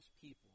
people